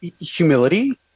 humility